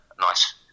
Nice